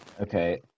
Okay